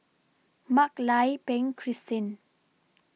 Mak Lai Peng Christine